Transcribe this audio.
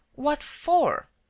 what for?